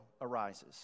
arises